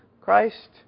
Christ